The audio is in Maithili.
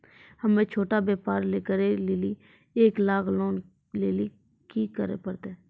हम्मय छोटा व्यापार करे लेली एक लाख लोन लेली की करे परतै?